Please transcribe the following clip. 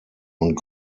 und